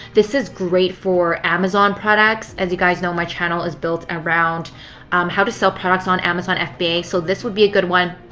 this is great for amazon products. as you guys know my channel is built around how to sell products on amazon fba. so this would be a good one.